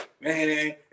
Man